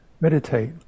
meditate